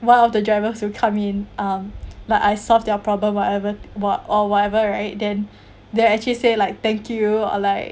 one of the drivers who come in um like I solve their problem whatever what or whatever right then then they actually say like thank you or like